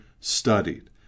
studied